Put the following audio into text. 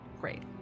great